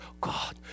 God